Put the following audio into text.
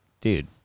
Dude